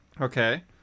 Okay